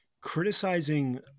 criticizing